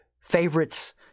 favorites